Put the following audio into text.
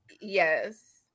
yes